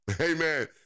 Amen